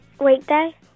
weekday